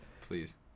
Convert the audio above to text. please